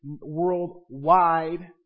worldwide